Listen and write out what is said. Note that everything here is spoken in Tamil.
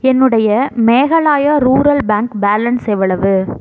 என்னுடைய மேகாலாயா ரூரல் பேங்க் பேலன்ஸ் எவ்வளவு